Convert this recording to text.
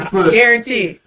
Guarantee